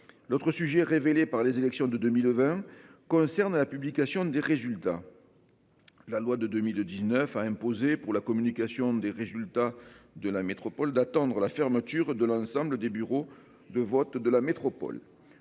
L'autre sujet révélé par les élections de 2020. Concernant la publication des résultats.-- La loi de 2019 a imposé pour la communication des résultats de la métropole d'attendre la fermeture de l'ensemble des bureaux de vote de la métropole,